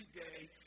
everyday